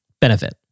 benefit